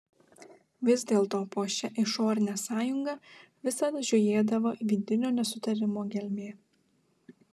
vis dėlto po šia išorine sąjunga visad žiojėdavo vidinio nesutarimo gelmė